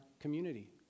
community